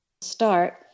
start